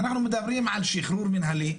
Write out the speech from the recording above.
אנחנו מדברים על שחרור מינהלי.